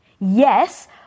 Yes